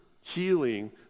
Healing